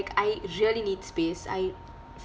I really need space I